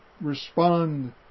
respond